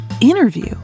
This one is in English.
interview